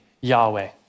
Yahweh